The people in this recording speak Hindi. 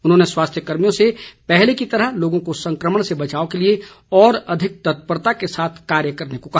उन्होंने स्वास्थ्य कर्मियों से पहले की तरह लोगों को संक्रमण से बचाव के लिए और अधिक तत्परता के साथ कार्य करने को कहा